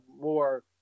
more